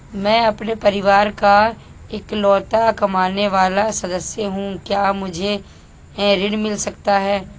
मैं अपने परिवार का इकलौता कमाने वाला सदस्य हूँ क्या मुझे ऋण मिल सकता है?